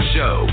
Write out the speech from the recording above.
Show